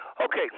Okay